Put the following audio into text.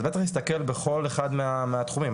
אז צריך להסתכל בכל אחד מהתחומים,